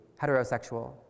heterosexual